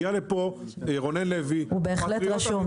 הגיע לפה רונן לוי -- הוא בהחלט רשום.